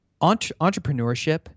entrepreneurship